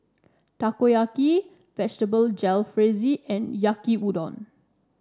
Takoyaki Vegetable Jalfrezi and Yaki Udon